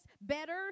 better